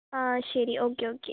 അ ശരി okay okay